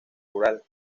rural